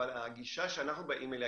אבל הגישה שאנחנו באים אליה,